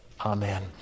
amen